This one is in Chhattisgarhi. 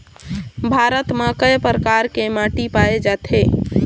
भारत म कय प्रकार के माटी पाए जाथे?